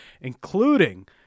including